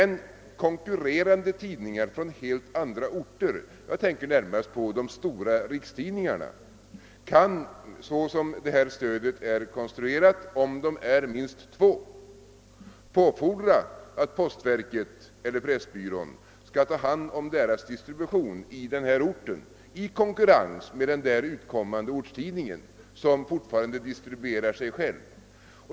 Men konkurrerande tidningar från helt andra orter — jag tänker närmast på de stora rikstidningarna — kan som stödet är utformat på platser med minst två tidningar påfordra att postverket eller pressbyrån skall ta hand om deras distribution i vederbörande ort i konkurrens med den där utkommande ortstidningen som fortfarande distribuerar sig själv.